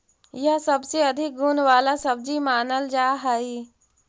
यह सबसे अधिक गुण वाला सब्जी मानल जा हई